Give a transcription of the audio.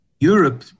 Europe